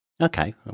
okay